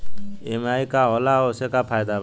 EMI का होला और ओसे का फायदा बा?